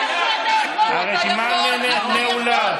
הרשימה נעולה.